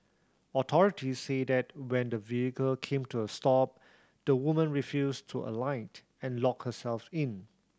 authorities said that when the vehicle came to a stop the woman refused to alight and locked herself in